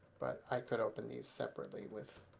but i could open these separately with